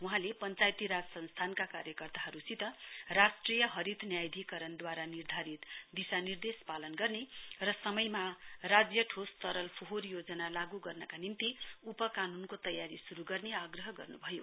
वहाँले पश्वायती राज संस्थानका कार्यकर्ताहरूसित राष्ट्रिय हरित न्यायाधिकरणद्वारा निर्धारित दिशानिर्देश पालन गर्ने र सयममा राज्य ठोस् तरल फोहोर योजना लागू गर्नका निम्ति उप कानुनको तयारी शुरू गर्ने आग्रह गर्नुभयो